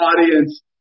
audience